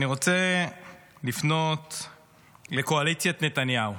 אני רוצה לפנות לקואליציית נתניהו: